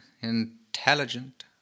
intelligent